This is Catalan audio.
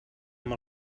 amb